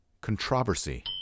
controversy